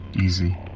easy